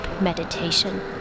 meditation